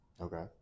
Okay